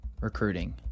recruiting